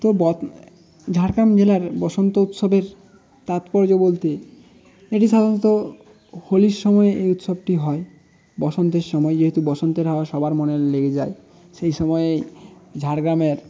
তো ঝাড়গ্রাম জেলার বসন্ত উৎসবের তাৎপর্য বলতে এটি সাধারণত হোলির সময় এই উৎসবটি হয় বসন্তের সময় যেহেতু বসন্তের হাওয়া সবার মনে লেগে যায় সেই সময়ে ঝাড়গ্রামের